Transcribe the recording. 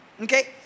Okay